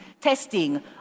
Testing